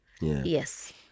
Yes